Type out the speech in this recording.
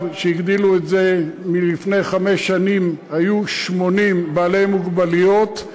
שהגדילו את זה: לפני חמש שנים היו 80 בעלי מוגבלויות,